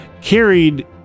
carried